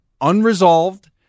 unresolved